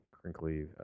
crinkly